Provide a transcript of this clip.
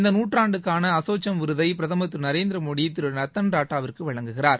இந்த நூற்றாண்டுக்கான அசோசெம் விருதை பிரதமர் திருநரேந்திர மோடி ரத்தன் டாடாவிற்கு வழங்குகிறார்